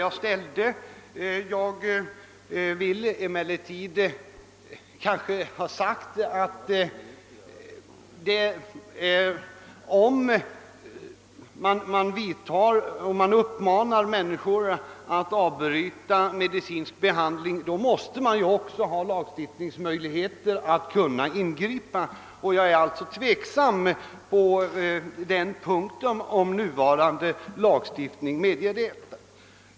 Jag anser dock att om någon uppmanar människor att avbryta medicinsk behandling måste lagstiftningen ge möjligheter att ingripa. Jag är alltså tveksam om nuvarande lagstiftning medger detta.